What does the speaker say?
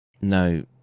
no